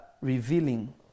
revealing